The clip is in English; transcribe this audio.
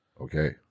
Okay